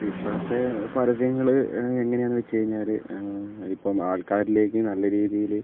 ഇപ്പോഴത്തെ പരസ്യങ്ങള് എങ്ങനെയാന്ന് വച്ച് കഴിഞ്ഞാല് ഇപ്പം ആൾക്കാരിലേക്ക് നല്ല രീതിയില്